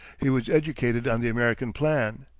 he was educated on the american plan.